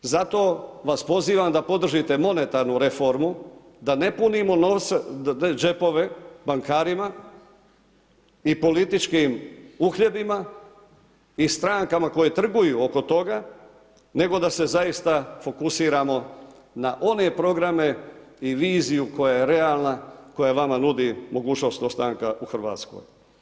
Zato vas pozivam da podržite monetarnu reformu, da ne punimo džepove bankarima i političkim uhljebima i strankama koje trguju oko toga, nego da se zaista fokusiramo na one programe i viziju koja je realna, koja vama nudi mogućnost ostanka u Hrvatskoj.